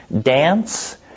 Dance